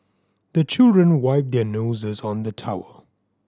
the children wipe their noses on the towel